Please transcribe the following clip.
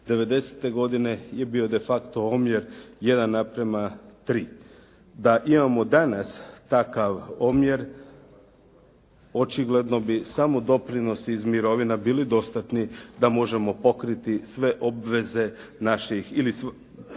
godine je bio de facto omjer 1:3. Da imamo danas takav omjer očigledno bi samo doprinosi iz mirovina bili dostatni da možemo pokriti sve obveze naših ili